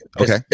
Okay